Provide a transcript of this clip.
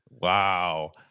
wow